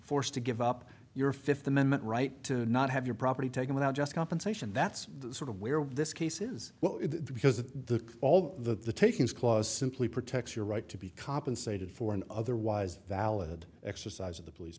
forced to give up your fifth amendment right to not have your property taken without just compensation that's sort of where this case is because the all the takings clause simply protects your right to be compensated for an otherwise valid exercise of the police